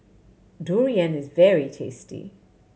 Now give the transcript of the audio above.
durian is very tasty